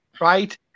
right